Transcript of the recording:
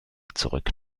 zurück